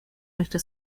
nuestra